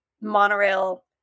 monorail